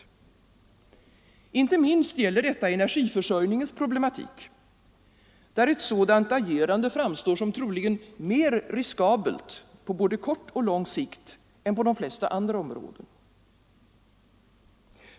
Inte minst gäller detta energiförsörjningens problematik, där ett sådant agerande framstår som troligen mer riskabelt, på både kort och lång sikt, än på de flesta andra områden.